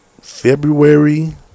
February